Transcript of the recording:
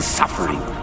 suffering